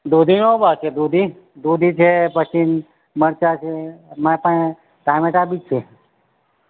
દૂધીનો કે દૂધી છે પછી મરચાં છે મારી પાસે ટામેટાં બી છે